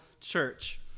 church